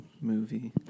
movie